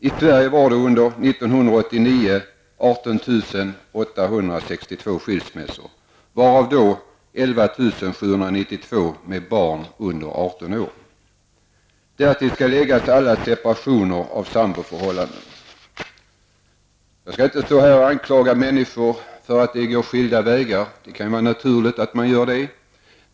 I Sverige hade vi 18 862 skilsmässor under år 1989, varav 11 792 med barn under 18 år. Därtill skall läggas alla separationer i samboförhållanden. Jag anklagar inte människor för att de går skilda vägar -- det kan vara naturligt att de gör det.